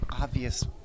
obvious